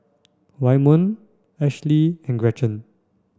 Waymon Ashely and Gretchen